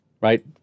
right